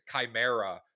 chimera